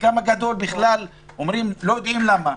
חלקם הגדול בכלל אומרים שהם לא יודעים למה.